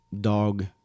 dog